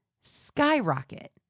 skyrocket